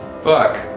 fuck